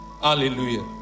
Hallelujah